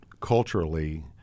culturally